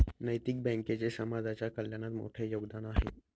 नैतिक बँकेचे समाजाच्या कल्याणात मोठे योगदान आहे